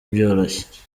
byoroshye